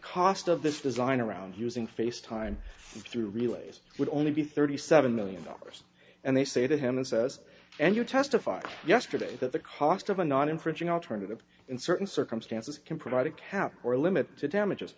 cost of this design around using face time through relays would only be thirty seven million dollars and they say to him and says and you testified yesterday that the cost of a not infringing alternative in certain circumstances can provide a cap or limit to damages